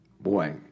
Boy